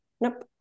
nope